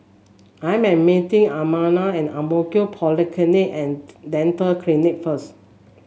I am meeting Imanol at Ang Mo Kio Polyclinic And Dental Clinic first